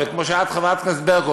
חבר הכנסת פורר,